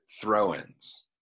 throw-ins